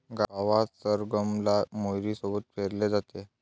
गावात सरगम ला मोहरी सोबत पेरले जाते